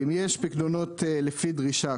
אם יש פיקדונות לפי דרישה,